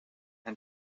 and